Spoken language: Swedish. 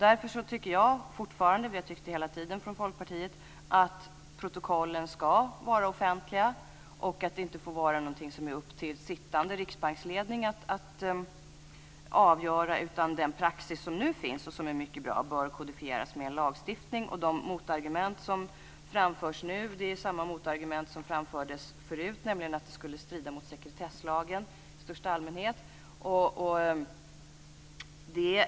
Därför tycker jag fortfarande - och Folkpartiet har tyckt det hela tiden - att protokollen ska vara offentliga. Det får inte vara något som är upp till den sittande riksbanksledningen att avgöra, utan den praxis som nu finns, och som är mycket bra, bör kodifieras med en lagstiftning. De motargument som nu framförs är desamma som framfördes förut, nämligen att det skulle strida mot sekretesslagen i största allmänhet.